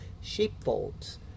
sheepfolds